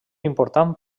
important